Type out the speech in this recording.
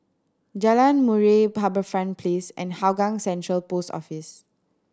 Jalan Murai HarbourFront Place and Hougang Central Post Office